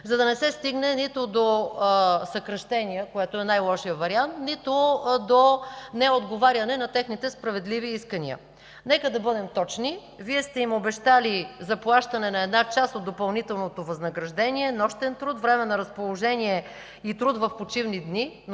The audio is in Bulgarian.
за да не се стигне нито до съкращения, което е най-лошият вариант, нито до неотговаряне на техните справедливи искания. Нека да бъдем точни – Вие сте им обещали заплащане на една част от допълнителното възнаграждение – нощен труд, време на разположение и труд в почивни дни, но те